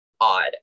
odd